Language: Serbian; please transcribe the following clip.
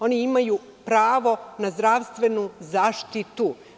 Oni imaju pravo na zdravstvenu zaštitu.